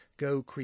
Go